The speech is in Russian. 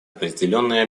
определенные